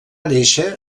néixer